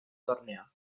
torneo